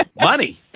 money